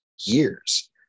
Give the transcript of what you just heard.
years